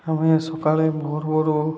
ଆମେ ସକାଳେ ଭୋରୁ ଭୋରୁ